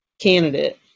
candidate